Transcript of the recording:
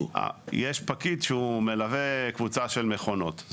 יש פקיד שהוא מלווה קבוצה של מכונות.